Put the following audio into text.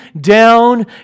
down